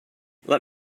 let